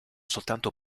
soltanto